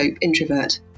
Introvert